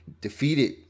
defeated